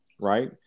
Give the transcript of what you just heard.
right